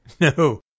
No